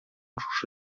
шушы